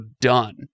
done